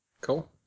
Cool